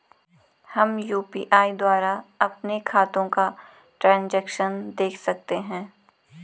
हम यु.पी.आई द्वारा अपने खातों का ट्रैन्ज़ैक्शन देख सकते हैं?